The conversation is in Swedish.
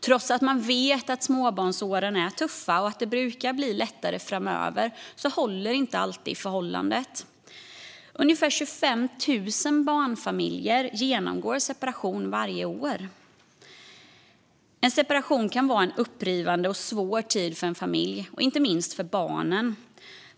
Trots att man vet att småbarnsåren är tuffa och att det brukar bli lättare framöver håller inte alltid förhållandet. Ungefär 25 000 barnfamiljer genomgår separation varje år. En separation kan vara en upprivande och svår tid för en familj, inte minst för barnen.